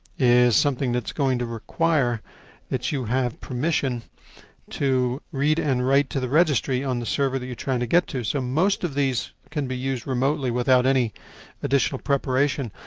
is something that's going to require that you have permission to read and write to the registry on the server that you are trying to get to. so, most of these can be used remotely without any additional preparation.